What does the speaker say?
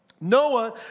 Noah